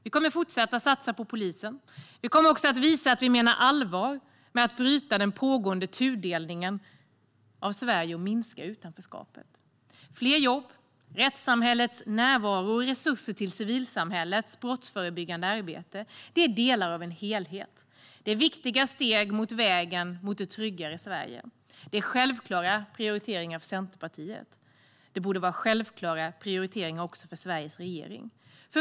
Vi kommer att fortsätta att satsa på polisen. Vi kommer också att visa att vi menar allvar med att stoppa den pågående tudelningen av Sverige och minska utanförskapet. Fler jobb, rättssamhällets närvaro och resurser till civilsamhällets brottsförebyggande arbete är delar av en helhet. Det är viktiga steg på vägen mot ett tryggare Sverige, och det är självklara prioriteringar för Centerpartiet. Det borde vara självklara prioriteringar också för Sveriges regering.